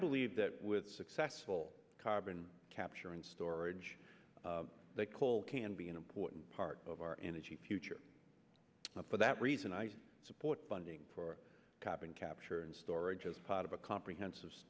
believe that with successful carbon capture and storage that coal can be an important part of our energy future for that reason i support bonding for carbon capture and storage as part of a comprehensive